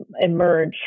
emerge